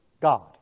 God